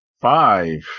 Five